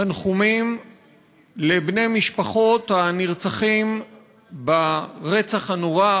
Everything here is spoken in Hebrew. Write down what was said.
תנחומים לבני משפחות הנרצחים ברצח הנורא,